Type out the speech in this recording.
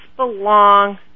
Belong